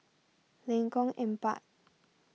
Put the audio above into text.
Lengkong Empat